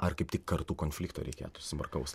ar kaip tik kartų konflikto reikėtų smarkaus